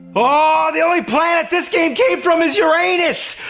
ah the only planet this game came from is uranus!